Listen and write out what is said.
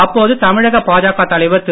அப்போது தமிழக பாஜக தலைவர் திரு